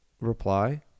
reply